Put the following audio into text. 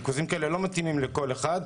ריכוזים כאלה לא מתאימים לכל אחד.